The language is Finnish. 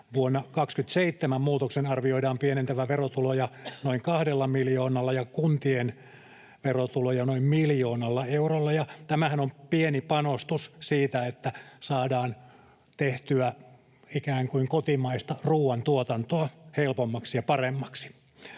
Vuonna 27 muutoksen arvioidaan pienentävän verotuloja noin kahdella miljoonalla ja kuntien verotuloja noin miljoonalla eurolla, ja tämähän on pieni panostus siitä, että saadaan tehtyä ikään kuin kotimaista ruuantuotantoa helpommaksi ja paremmaksi.